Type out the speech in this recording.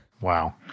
Wow